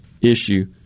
issue